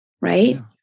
right